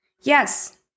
Yes